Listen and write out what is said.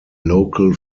local